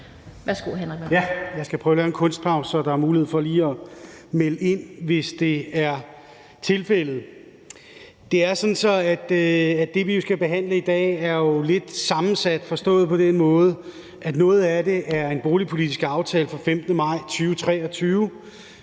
Jeg skal prøve at lave en kunstpause, så der er mulighed for lige at melde ind, hvis det er tilfældet. Det er sådan, at det, vi jo skal behandle i dag, er lidt sammensat, forstået på den måde, at noget af det er en boligpolitisk aftale fra den 15. maj 2023,